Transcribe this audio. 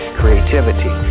creativity